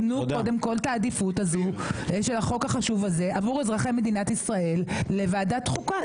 תנו עדיפות לחוק החשוב הזה עבור אזרחי מדינת ישראל לוועדת חוקה.